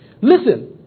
Listen